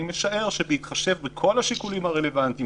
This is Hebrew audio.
אני משער שבהתחשב בכל השיקולים הרלוונטיים,